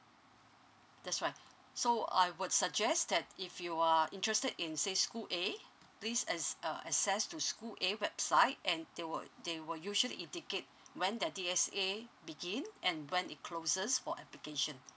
that's right so I would suggest that if you are interested in say school A please as~ uh access to school A website and they will they will usually indicate when their D_S_A begin and when it closes for application